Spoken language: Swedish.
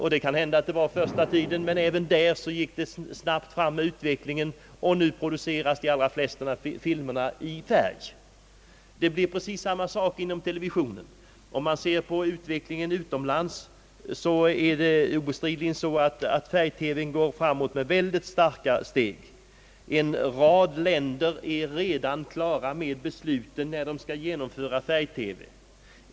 Det kan hända att det var så under den första tiden, men även på detta område gick utvecklingen snabbt framåt, och nu produceras de allra flesta filmerna i färg. Det kommer att bli precis samma sak när det gäller televi sionen, I utlandet går utvecklingen på det området obestridligen framåt med mycket stora steg. En rad länder är redan klara med besluten om när de skall införa färg-TV.